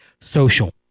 social